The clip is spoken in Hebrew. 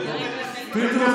פינדרוס,